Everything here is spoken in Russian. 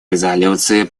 резолюции